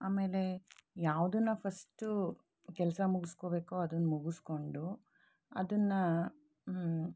ಆಮೇಲೆ ಯಾವ್ದನ್ನ ಫಸ್ಟು ಕೆಲಸ ಮುಗಿಸ್ಕೊಬೇಕೋ ಅದನ್ನ ಮುಗಿಸ್ಕೊಂಡು ಅದನ್ನು